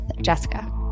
Jessica